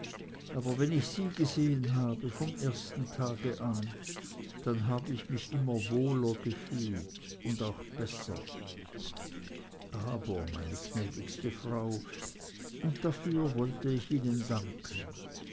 aber wenn ich sie gesehen habe vom ersten tag an dann habe ich mich immer wohler gefühlt und auch besser aber meine gnädigste frau und dafür wollte ich ihnen danken